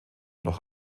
noch